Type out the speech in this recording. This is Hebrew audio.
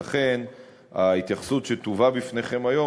לכן ההתייחסות שתובא בפניכם היום